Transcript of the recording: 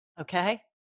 Okay